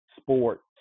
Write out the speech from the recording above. sports